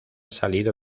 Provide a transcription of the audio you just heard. salido